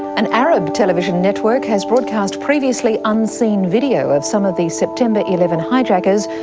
an arab television network has broadcast previously unseen video of some of the september eleven hijackers.